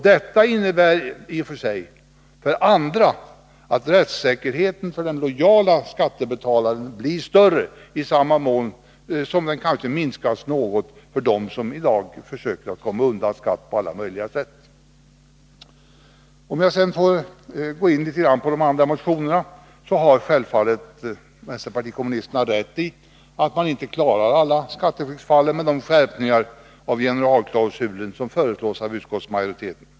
Det innebär att rättssäkerheten för alla lojala skattebetalare blir större och kanske något mindre för dem som i dag försöker komma undan skatt på alla möjliga sätt. Självfallet har vpk — för att nu något beröra de övriga motionerna — rätt i att man inte klarar alla skatteflyktsfall med de skärpningar av generalklausulen som föreslås av utskottsmajoriteten.